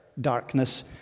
darkness